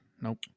Nope